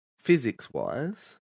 physics-wise